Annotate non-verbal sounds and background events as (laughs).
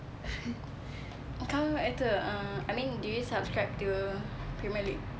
(laughs) kau memang itu uh I mean do you subscribe to premier league